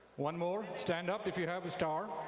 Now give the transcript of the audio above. one more? stand up if you have a star.